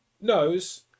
knows